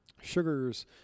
sugars